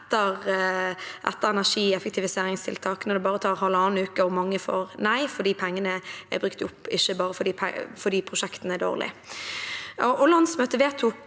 etter energieffektiviseringstiltak når det bare tar halvannen uke og mange får nei fordi pengene er brukt opp, ikke fordi prosjektene er dårlige. Landsmøtet